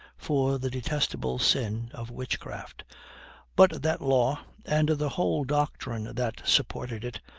for the detestable sin of witchcraft but that law, and the whole doctrine that supported it,